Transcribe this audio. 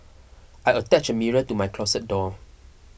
I attached a mirror to my closet door